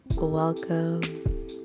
welcome